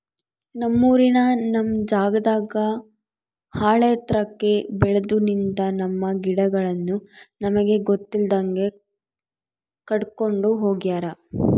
ನಮ್ಮೂರಿನ ನಮ್ ಜಾಗದಾಗ ಆಳೆತ್ರಕ್ಕೆ ಬೆಲ್ದು ನಿಂತ, ನಮ್ಮ ಗಿಡಗಳನ್ನು ನಮಗೆ ಗೊತ್ತಿಲ್ದಂಗೆ ಕಡ್ಕೊಂಡ್ ಹೋಗ್ಯಾರ